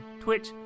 Twitch